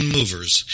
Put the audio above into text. Movers